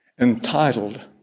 entitled